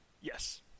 Yes